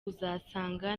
uzasanga